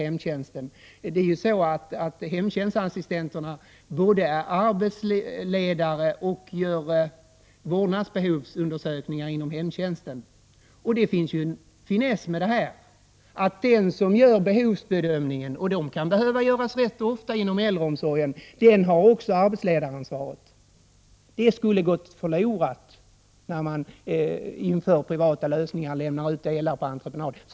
Hemtjänstassistenterna är arbetsledare och gör samtidigt vårdbehovsundersökningar inom hemtjänsten. Det ligger en finess i att den som gör behovsbedömningen — och sådana kan behöva göras rätt ofta inom äldreomsorgen — också har arbetsledaransvaret. Detta skulle gå förlorat om man införde privata lösningar och lämnade ut delar på entreprenad.